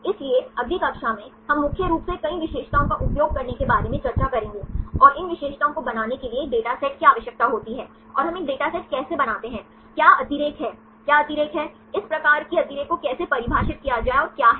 इसलिए अगली कक्षा में हम मुख्य रूप से कई विशेषताओं का उपयोग करने के बारे में चर्चा करेंगे और इन विशेषताओं को बनाने के लिए एक डेटासेट की आवश्यकता होती है और हम एक डेटासेट कैसे बनाते हैं क्या अतिरेक है क्या अतिरेक है इस प्रकार की अतिरेक को कैसे परिभाषित किया जाए और क्या हैं